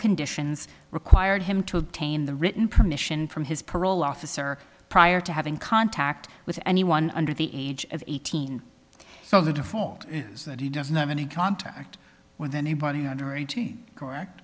conditions required him to obtain the written permission from his parole officer prior to having contact with anyone under the age of eighteen so the default is that he doesn't have any contact with anybody under eighteen correct